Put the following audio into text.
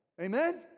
Amen